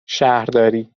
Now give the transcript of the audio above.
شهرداری